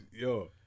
yo